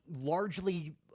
largely